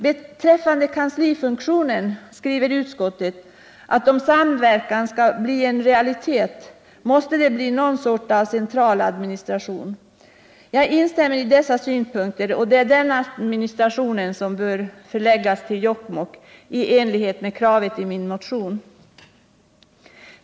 Beträffande kanslifunktionen skriver utskottet, att om samverkan skall bli en realitet, måste det bli något slags central administration. Jag instämmer i dessa synpunkter, och det är den administrationen som bör förläggas till Jokkmokk i enlighet med kravet i min motion.